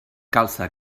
calça